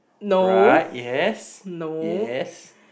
right yes yes